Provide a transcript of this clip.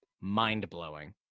Mind-blowing